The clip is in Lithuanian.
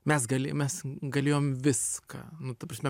mes galėjo mes galėjom viską nu ta prasme